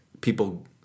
people